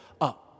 Up